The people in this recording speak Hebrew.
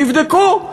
תבדקו,